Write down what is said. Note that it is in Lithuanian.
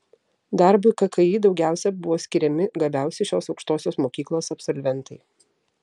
darbui kki daugiausiai buvo skiriami gabiausi šios aukštosios mokyklos absolventai